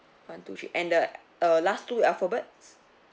one two three and the err last two alphabets